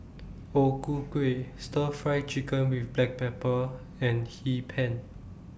O Ku Kueh Stir Fry Chicken with Black Pepper and Hee Pan